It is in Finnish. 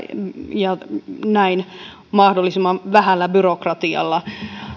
ja näin mahdollisimman vähällä byrokratialla